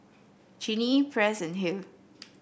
Genie Press and Hale